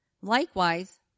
Likewise